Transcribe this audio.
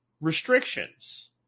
restrictions